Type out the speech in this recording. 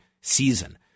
season